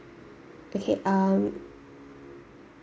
okay um